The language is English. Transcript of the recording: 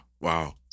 Wow